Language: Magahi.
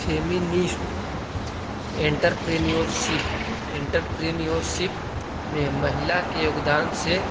फेमिनिस्ट एंटरप्रेन्योरशिप एंटरप्रेन्योरशिप में महिला के योगदान से